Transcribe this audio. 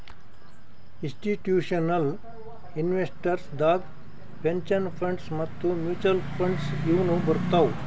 institutional investors ದಾಗ್ pension funds ಮತ್ತ್ mutual funds ಇವ್ನು ಬರ್ತವ್